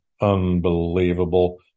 Unbelievable